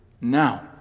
Now